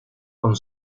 con